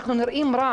אנחנו נראים רע.